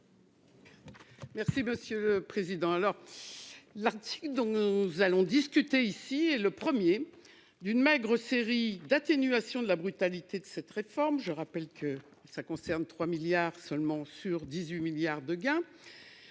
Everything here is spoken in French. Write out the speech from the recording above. Merci monsieur président alors. Là dis donc. Nous allons discuter ici et le 1er d'une maigre série d'atténuation de la brutalité de cette réforme. Je rappelle que ça concerne 3 milliards seulement sur 18 milliards de gains.